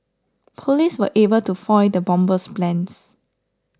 police were able to foil the bomber's plans